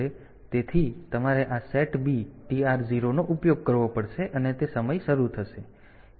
તેથી તમારે આ SETB TR0 નો ઉપયોગ કરવો પડશે અને તે સમય શરૂ થશે